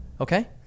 Okay